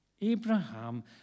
Abraham